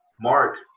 Mark